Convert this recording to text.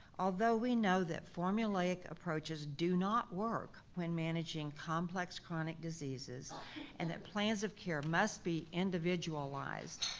although we know that formulaic approaches do not work when managing complex chronic diseases and that plans of care must be individualized,